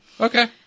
okay